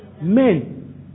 Men